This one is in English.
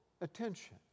attention